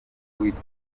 witwa